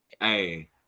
Hey